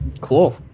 Cool